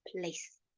place